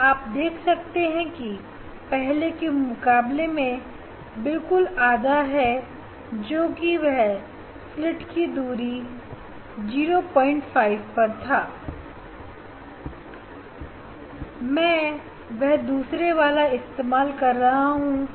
अब आप देख सकते हैं यह पहले के मुकाबले में बिल्कुल आधा है जो कि अब स्लिट की दूरी 05 है और क्लैट की चौड़ाई 01 है मैं व दूसरा वाला इस्तेमाल कर रहा हूं